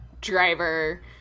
driver